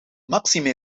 maxime